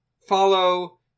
follow